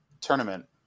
tournament